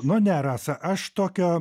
nu ne rasa aš tokio